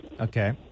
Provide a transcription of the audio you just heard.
Okay